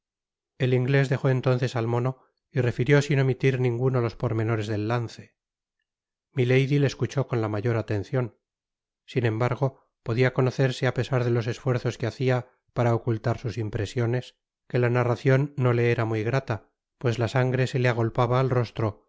el inglés dejó entonces al mono y refirió sin omitir ninguno los pormenores del lance milady le escuchó con la mayor atencion sin embargo podia conocerse a pesar de los esfuerzos que hacia para ocultar sus impresione que la narracion no le era muy grata pues la sangre se le agolpaba al rostro